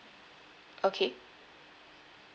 okay